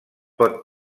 pot